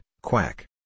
quack